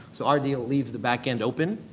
so, our deal leaves the backend open.